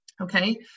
Okay